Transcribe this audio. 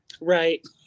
Right